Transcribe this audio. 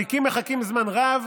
תיקים מחכים זמן רב